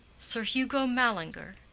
sir hugo mallinger?